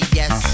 yes